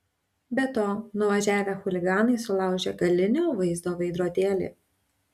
be to nuvažiavę chuliganai sulaužė galinio vaizdo veidrodėlį